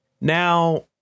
Now